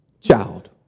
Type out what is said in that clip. child